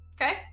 Okay